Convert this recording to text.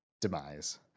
Demise